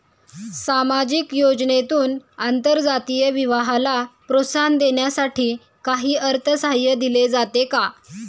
सामाजिक योजनेतून आंतरजातीय विवाहाला प्रोत्साहन देण्यासाठी काही अर्थसहाय्य दिले जाते का?